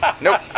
Nope